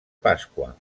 pasqua